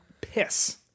piss